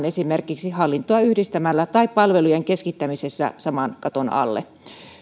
esimerkiksi hallintoa yhdistämällä tai palvelujen keskittämisellä saman katon alle